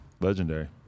Legendary